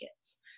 kids